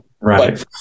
Right